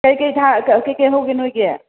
ꯀꯩꯀꯩ ꯀꯩꯀꯩ ꯍꯧꯒꯦ ꯅꯣꯏꯒꯤ